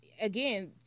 again